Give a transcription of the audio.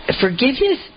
forgiveness